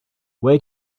where